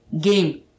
game